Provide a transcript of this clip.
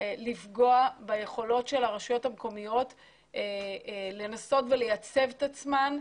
לפגוע ביכולות הרשויות המקומיות לנסות ולייצב את עצמן.